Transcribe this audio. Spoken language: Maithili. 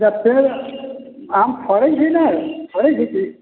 अच्छा पेड़ आम फड़ै छै ने फड़ै छै कि